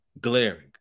glaring